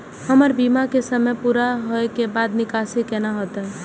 हमर बीमा के समय पुरा होय के बाद निकासी कोना हेतै?